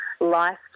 life